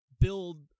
build